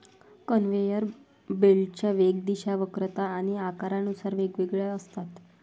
conveyor बेल्टच्या वेग, दिशा, वक्रता आणि आकारानुसार वेगवेगळ्या असतात